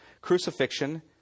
crucifixion